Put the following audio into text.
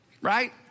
right